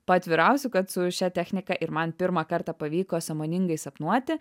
paatvirausiu kad su šia technika ir man pirmą kartą pavyko sąmoningai sapnuoti